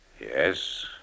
Yes